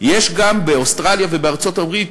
ויש גם באוסטרליה ובארצות-הברית